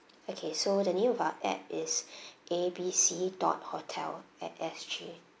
okay so the name of our app is A B C dot hotel at S G